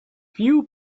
few